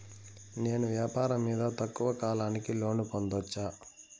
నేను వ్యాపారం మీద తక్కువ కాలానికి లోను పొందొచ్చా?